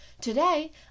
Today